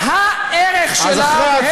הערך שלה, בה"א